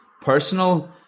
personal